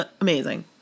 Amazing